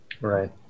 right